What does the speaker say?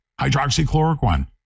hydroxychloroquine